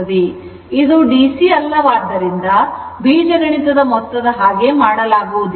ಆದರೆ ಇದು ಡಿಸಿ ಅಲ್ಲವಾದ್ದರಿಂದ ಬೀಜಗಣಿತ ಮೊತ್ತದ ಹಾಗೆ ಮಾಡಲಾಗುವುದಿಲ್ಲ